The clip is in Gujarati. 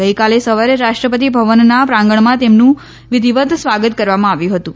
ગઇકાલે સવારે રાષ્ટ્રપતિ ભવનના પ્રાંગણમાં તેમનું વિધિવત સ્વાગત કરવામાં આવ્યું હતું